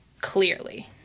clearly